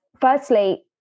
firstly